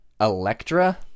Electra